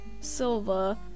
silver